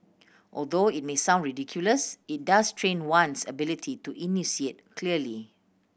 although it may sound ridiculous it does train one's ability to enunciate clearly